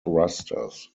thrusters